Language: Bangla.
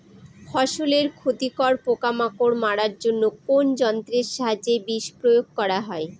ফসলের ক্ষতিকর পোকামাকড় মারার জন্য কোন যন্ত্রের সাহায্যে বিষ প্রয়োগ করা হয়?